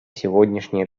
сегодняшней